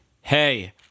Hey